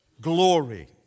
glory